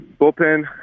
Bullpen